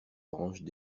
branches